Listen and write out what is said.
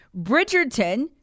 Bridgerton